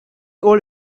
old